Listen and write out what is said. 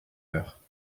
heure